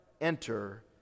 enter